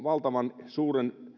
valtavan suuren